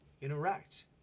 interact